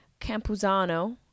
Campuzano